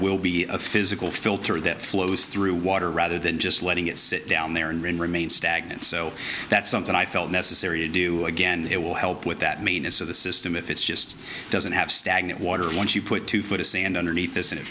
will be a physical filter that flows through water rather than just letting it sit down there and remain stagnant so that's something i felt necessary to do again and it will help with that manus of the system if it's just doesn't have stagnant water once you put two foot of sand underneath